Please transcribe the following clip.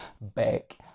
back